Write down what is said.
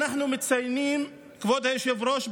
כבוד היושב-ראש,